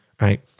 right